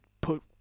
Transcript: put